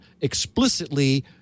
explicitly